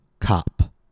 COP